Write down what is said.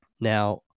Now